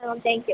ah thank you